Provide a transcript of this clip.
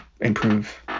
improve